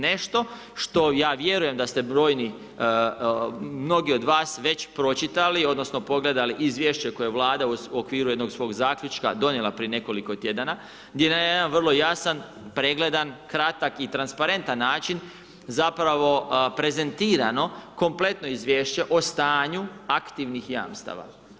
Nešto što ja vjerujem da ste brojni, mnogi od vas već pročitali, odnosno, pogledali izvješće koje vlada u okviru jednog svog zaključka donijela prije nekoliko tjedana, gdje na jedan vrlo jasan, pregledan, kratak i transparentan način, zapravo prezentirano kompletno izvješće o stanju aktivnih jamstava.